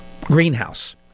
greenhouse